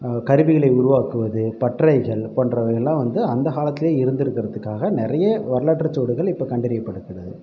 கருவிகளை உருவாக்குவது பட்டறைகள் போன்றவை எல்லாம் வந்து அந்தக் காலத்திலேயே இருந்திருக்கறதுக்காக நிறைய வரலாற்றுச் சுவடுகள் இப்போ கண்டறியப்பட்டிருக்கிறது